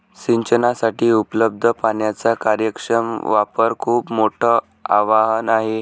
सिंचनासाठी उपलब्ध पाण्याचा कार्यक्षम वापर खूप मोठं आवाहन आहे